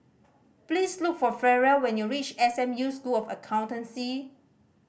please look for Ferrell when you reach S M U School of Accountancy